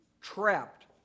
trapped